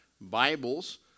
Bibles